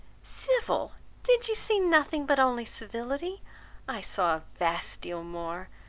civil did you see nothing but only civility i saw a vast deal more.